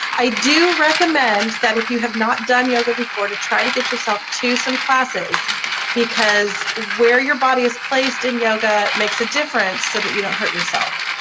i do recommend that if you have not done yoga before try to get yourself to some classes because where your body is placed in yoga makes a difference so that you don't hurt yourself